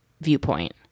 viewpoint